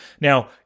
Now